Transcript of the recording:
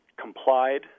complied